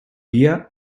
via